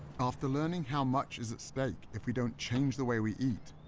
after learning how much is at stake if we don't change the way we eat,